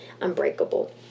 unbreakable